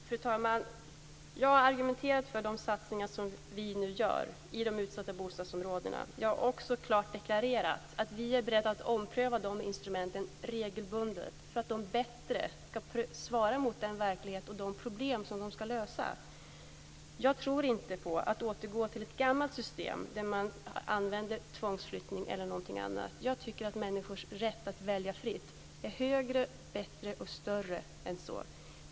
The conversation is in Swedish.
Fru talman! Jag har argumenterat för de satsningar som nu görs i de utsatta bostadsområdena. Jag har också klart deklarerat att vi är beredda att ompröva de instrumenten regelbundet så att de bättre svarar mot den verklighet och de problem som ska lösas. Jag tror inte på att återgå till ett gammalt system med tvångsflyttning. Människors rätt att välja fritt är högre, bättre och större än så.